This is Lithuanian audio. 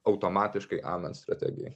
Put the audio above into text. automatiškai aną strategiją